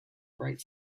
bright